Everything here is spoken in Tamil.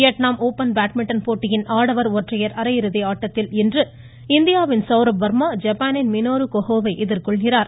வியட்நாம் ஓப்பன் பேட்மிட்டன் போட்டியின் ஆடவர் ஒற்றையர் அரையிறுதி ஆட்டத்தில் இன்று இந்தியாவின் சௌரப் வர்மா ஜப்பாவின் மினோறு கோஹாவை எதிர்கொள்கிறார்